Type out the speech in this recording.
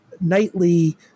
nightly